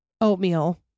oatmeal